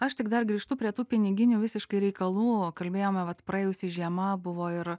aš tik dar grįžtu prie tų piniginių visiškai reikalų o kalbėjome vat praėjusi žiema buvo ir